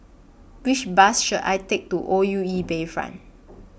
Which Bus should I Take to O U E Bayfront